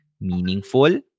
meaningful